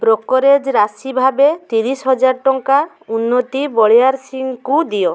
brokerage ରାଶି ଭାବେ ତିରିଶ ହଜାର ଟଙ୍କା ଉନ୍ନତି ବଳିଆରସିଂହଙ୍କୁ ଦିଅ